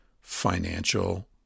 financial